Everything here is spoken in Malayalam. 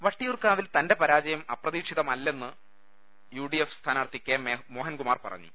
വട്ടിയൂർകാവിൽ തന്റെ പരാജയം അപ്രതീക്ഷിതമല്ലെന്ന് യുഡി എഫ് സ്ഥാനാർത്ഥി കെ മോഹൻകുമാർ പറഞ്ഞു